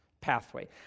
pathway